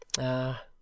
Ah